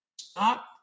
Stop